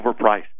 overpriced